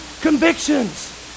convictions